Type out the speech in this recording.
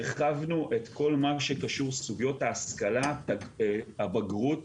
הרחבנו את כל מה שקשור לסוגיות ההשכלה, הבגרות